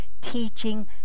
Teaching